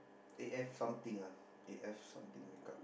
A F something lah A F something the cup